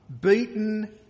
beaten